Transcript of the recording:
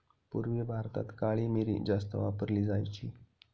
पूर्वी भारतात काळी मिरी जास्त वापरली जायची